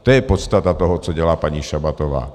To je podstata toho, co dělá paní Šabatová.